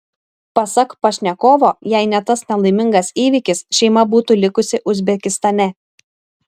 pasak pašnekovo jei ne tas nelaimingas įvykis šeima būtų likusi uzbekistane